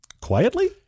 Quietly